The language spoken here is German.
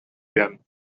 werden